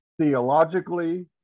theologically